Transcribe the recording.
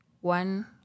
one